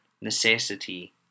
necessity